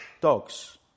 dogs